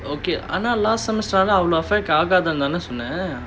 okay ஆனா:aanaa last semester அவ்ளோ:avlo affect ஆவதுனு தான சொன்ன:aavathunu thaana sonna